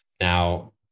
Now